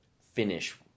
finish